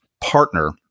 partner